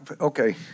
okay—